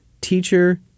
teacher